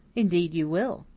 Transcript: indeed, you will,